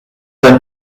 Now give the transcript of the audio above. dein